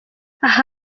aha